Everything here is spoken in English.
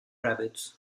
rabbits